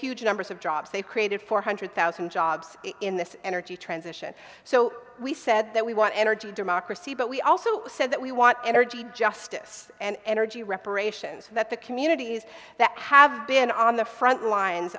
huge numbers of jobs they've created four hundred thousand jobs in this energy transition so we said that we want energy democracy but we also said that we want energy justice and energy reparations that the communities that have been on the front lines